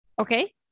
Okay